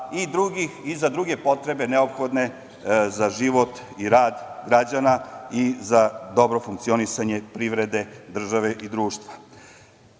i za druge potrebe neophodne za život i rad građana i za dobro funkcionisanje privrede, države i društva. Ja